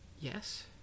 Yes